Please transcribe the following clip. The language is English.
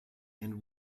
and